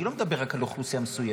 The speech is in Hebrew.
אני לא מדבר רק על אוכלוסייה מסוימת,